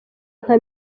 nka